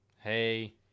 hey